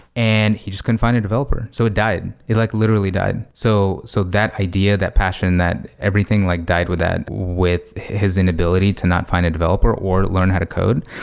and he just couldn't find a developer. so it died. it like literally died. so so that idea, that passion, that everything like died with that with his inability to not find a developer or learn how to code.